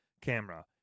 camera